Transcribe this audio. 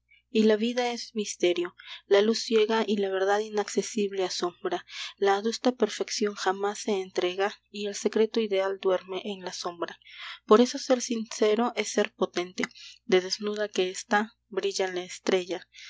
y la vida es misterio la luz ciega y la verdad inaccesible asombra la adusta perfección jamás se entrega y el secreto ideal duerme en la sombra por eso ser sincero es ser potente de desnuda que está brilla la estrella